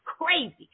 crazy